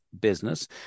business